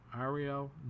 Ariel